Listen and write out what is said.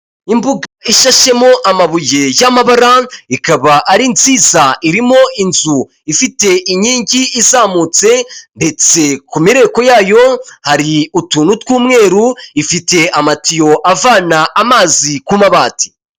Imbuga ishashemo amabuye y'amabara ikaba ari nziza, irimo inzu ifite inkingi izamutse ndetse ku mireko yayo hari utuntu tw'umweru, ifite amatiyo avana amazi ku mabati.